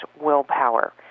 willpower